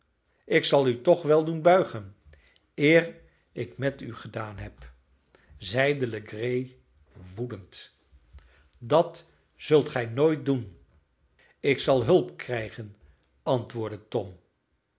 ik zal u toch wel doen buigen eer ik met u gedaan heb zeide legree woedend dat zult gij nooit doen ik zal hulp krijgen antwoordde tom